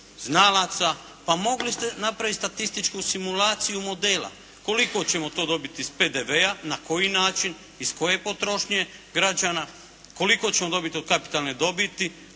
znalaca. Pa mogli ste napraviti statističku simulaciju modela koliko ćemo to dobiti PDV-a, na koji način, iz koje potrošnje građana, koliko ćemo dobiti od kapitalne dobiti,